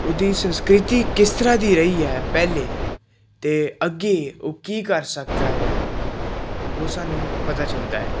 ਉਹਦੀ ਸੰਸਕ੍ਰਿਤੀ ਕਿਸ ਤਰ੍ਹਾਂ ਦੀ ਰਹੀ ਹੈ ਪਹਿਲਾਂ ਅਤੇ ਅੱਗੇ ਉਹ ਕੀ ਕਰ ਸਕਦਾ ਹੈ ਉਹ ਸਾਨੂੰ ਪਤਾ ਚੱਲਦਾ ਹੈ